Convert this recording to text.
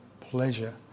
pleasure